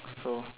so